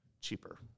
cheaper